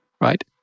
right